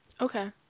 Okay